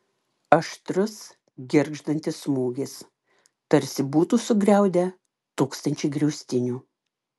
aštrus girgždantis smūgis tarsi būtų sugriaudę tūkstančiai griaustinių